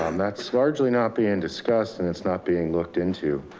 um that's largely not being discussed and it's not being looked into.